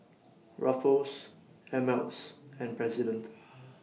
Ruffles Ameltz and President